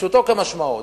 פשוטו כמשמעו.